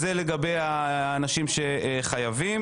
זה לגבי אנשים שחייבים